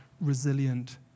resilient